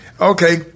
Okay